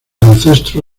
ancestro